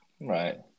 Right